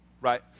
right